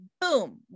boom